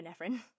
epinephrine